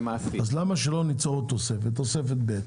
למה שלא ניצור עוד תוספת, תוספת ב',